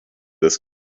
this